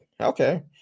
okay